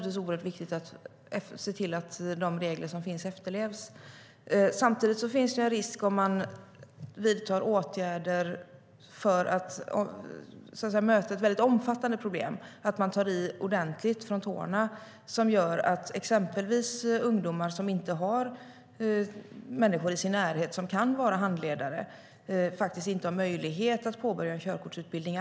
Det är därför viktigt att se till att de regler som finns efterlevs. Samtidigt finns det en risk om vi vidtar åtgärder för att möta ett omfattande problem och tar i ordentligt från tårna att ungdomar som saknar människor i sin närhet som kan vara handledare inte har möjlighet att påbörja en körkortsutbildning.